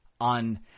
on –